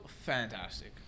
fantastic